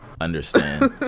Understand